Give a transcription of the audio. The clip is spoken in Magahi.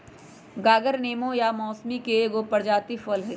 गागर नेबो आ मौसमिके एगो प्रजाति फल हइ